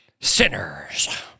Sinners